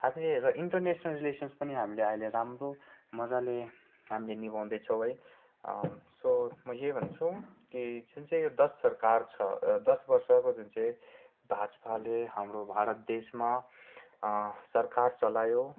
आफै र international relations पनि हामीले अहिले राम्रो मजाले हामीले निभाउँदैछौँ है सो म यही भन्छु कि जुन चाहिँ यो दस सरकार छ दस वर्षको जुन चाहिँ भाजपाले हाम्रो भारत देशमा सरकार चलायो